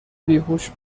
بیهوش